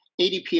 ADP